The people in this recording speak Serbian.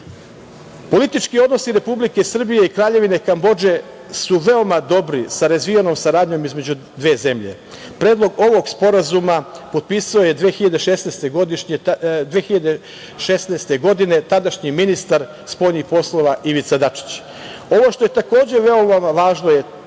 društva. Politički odnosi Republike Srbije i Kraljevine Kambodže su veoma dobri sa razvijenom saradnjom između dve zemlje. Predlog ovog Sporazuma potpisuje 2016. godine tadašnji ministar spoljnih poslova Ivica Dačić. Ono što je takođe veoma važno je